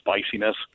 spiciness